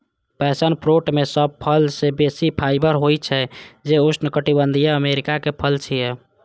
passion fruit मे सब फल सं बेसी फाइबर होइ छै, जे उष्णकटिबंधीय अमेरिका के फल छियै